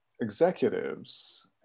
executives